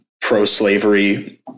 pro-slavery